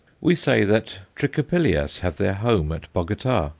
we say that trichopilias have their home at bogota.